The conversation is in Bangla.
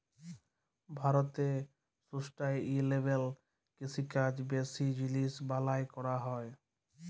ভারতে সুস্টাইলেবেল কিষিকাজ বেশি জিলিস বালাঁয় ক্যরা হ্যয়